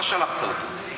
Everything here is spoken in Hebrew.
אתה שלחת אותו.